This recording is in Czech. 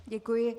Děkuji.